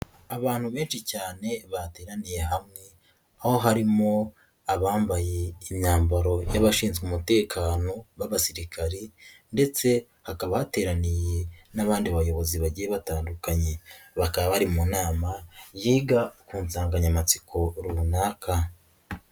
Abantu benshi cyane bateraniye hamwe aho harimo abambaye imyambaro y'abashinzwe umutekano b'abasirikari ndetse hakaba hateraniye n'abandi bayobozi bagiye batandukanye, bakaba bari mu nama yiga ku nsanganyamatsiko runaka.